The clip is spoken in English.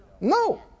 No